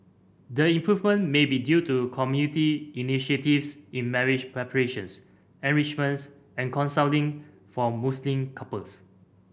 the improvement may be due to community initiatives in marriage preparations enrichments and counselling for Muslim couples